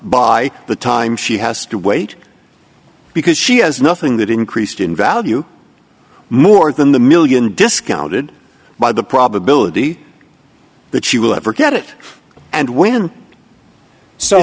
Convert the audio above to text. by the time she has to wait because she has nothing that increased in value more than the million discounted by the probability that she will ever get it and when so